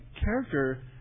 character